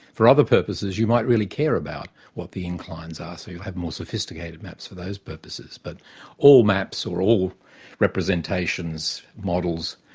for other purposes you might really care about what the inclines are, ah so you'll have more sophisticated maps for those purposes, but all maps or all representations, models,